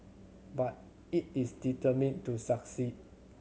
but it is determined to succeed